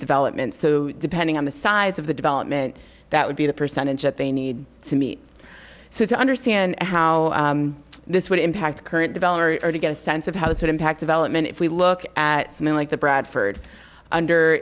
development so depending on the size of the development that would be the percentage that they need to meet so to understand how this would impact the current developer or to get a sense of how this would impact of element if we look at something like the bradford under